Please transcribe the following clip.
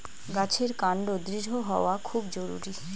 গাছের কান্ড দৃঢ় হওয়া খুব জরুরি